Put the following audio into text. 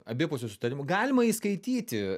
abipusiu sutarimu galima įskaityti